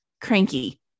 cranky